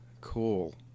Cool